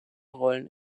rollen